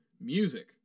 Music